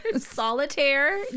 Solitaire